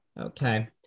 okay